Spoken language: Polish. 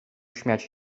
śmiać